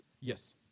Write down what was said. yes